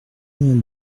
vingt